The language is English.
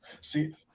see